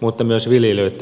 mutta myös viljelijöitten lomitusjärjestelmää